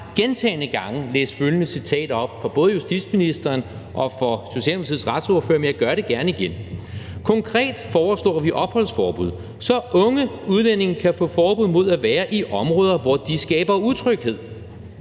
gentagne gange læst følgende citat op for både justitsministeren og Socialdemokratiets retsordfører, men jeg gør det gerne igen: »Konkret foreslår vi opholdsforbud. Så unge udlændinge kan få forbud mod at være i områder, hvor de skaber utryghed